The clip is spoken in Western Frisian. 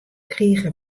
krige